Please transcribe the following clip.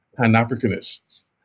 Pan-Africanists